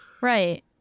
Right